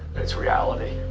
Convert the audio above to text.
it's reality.